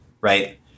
right